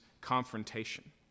confrontation